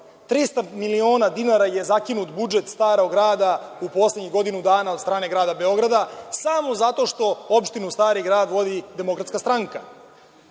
300 miliona dinara je zakinut budžet Starog Grada u poslednjih godinu dana od strane Grada Beograda, samo zato što opštinu Stari Grad vodi DS.Podsetiću vas